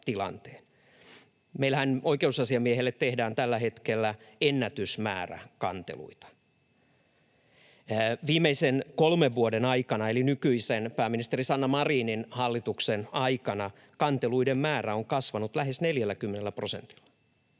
Meillähän oikeusasiamiehelle tehdään tällä hetkellä ennätysmäärä kanteluita. Viimeisen kolmen vuoden aikana eli nykyisen pääministeri Sanna Marinin hallituksen aikana kanteluiden määrä on kasvanut lähes 40 prosentilla.